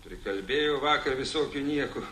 prikalbėjau vakar visokių niekų